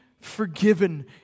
forgiven